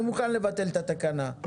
אני מוכן לבטל את התקנה,